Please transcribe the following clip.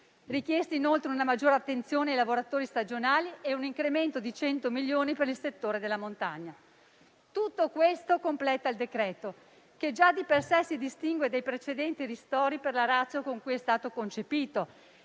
richiesti inoltre una maggiore attenzione ai lavoratori stagionali e un incremento di 100 milioni per il settore della montagna. Tutto questo completa il decreto che già di per sé si distingue dai precedenti ristori per la *ratio* con cui è stato concepito